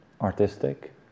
artistic